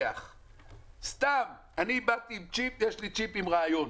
יש לי צ'יפ עם רעיון,